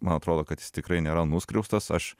man atrodo kad jis tikrai nėra nuskriaustas aš